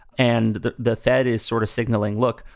and the the fed is sort of signaling, look,